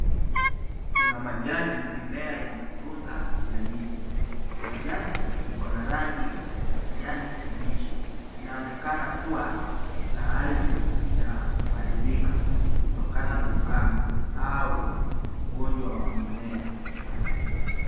Kuna majani na mimea ya matunda ya ndizi. Majani iko na rangi ya kijani kibichi. Inaonekana kuwa na hali ya kuharibika kutokana na ukame au ugonjwa wa mimea haya.